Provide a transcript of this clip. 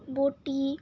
বটি